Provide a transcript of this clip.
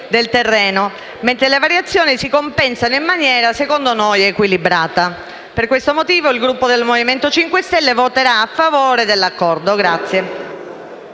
Grazie